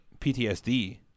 PTSD